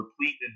replete